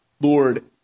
Lord